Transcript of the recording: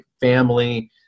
family